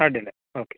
ಅಡ್ಡಿಲ್ಲ ಓಕೆ